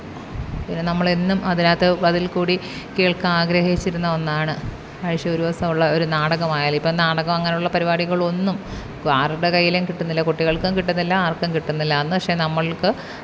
പിന്നെ നമ്മളെന്നും അതിനകത്ത് അതില്ക്കൂടി കേള്ക്കാനാഗ്രഹിച്ചിരുന്ന ഒന്നാണ് ആഴ്ച ഒരു ദിവസം ഒള്ള ഒരു നാടകമായാലും ഇപ്പം നാടകം അങ്ങനുള്ള പരിപാടികളൊന്നും കു ആരുടെ കയ്യിലും കിട്ടുന്നില്ല കുട്ടികള്ക്കും കിട്ടുന്നില്ല ആര്ക്കും കിട്ടുന്നില്ല അന്ന് പക്ഷേ നമ്മള്ക്ക്